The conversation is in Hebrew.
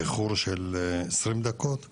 באיחור של עשרים דקות,